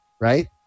right